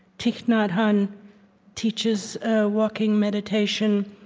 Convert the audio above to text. thich nhat hanh teaches walking meditation,